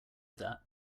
that